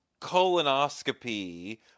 colonoscopy